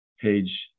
page